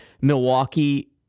Milwaukee